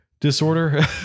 disorder